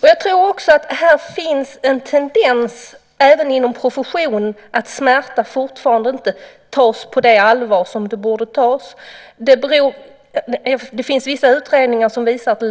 Jag tror också att här finns en tendens även inom professionen att smärta fortfarande inte tas på det allvar som den borde tas. Det finns vissa utredningar som visar att det